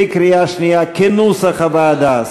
בקריאה שנייה, כנוסח הוועדה.